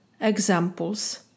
examples